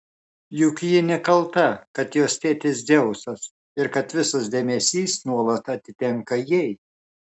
juk ji nekalta kad jos tėtis dzeusas ir kad visas dėmesys nuolat atitenka jai